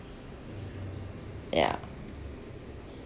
ya